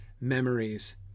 memories